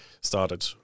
started